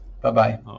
Bye-bye